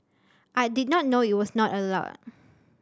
I did not know it was not allowed